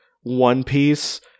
one-piece